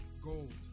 Gold